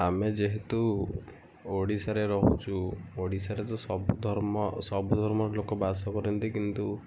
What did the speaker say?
ଆମେ ଯେହେତୁ ଓଡ଼ିଶାରେ ରହୁଚୁ ଓଡ଼ିଶାରେ ତ ସବୁ ଧର୍ମ ସବୁ ଧର୍ମର ଲୋକ ବାସ କରନ୍ତି କିନ୍ତୁ